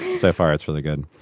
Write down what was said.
so far it's really good